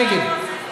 נגד.